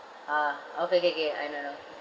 ah okay K K I know I know